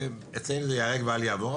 אצלנו זה ייהרג ואל יעבור,